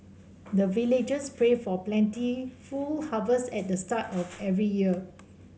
the villagers pray for plentiful harvest at the start of every year